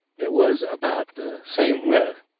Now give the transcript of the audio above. it was about the same width,